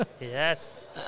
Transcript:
Yes